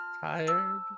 tired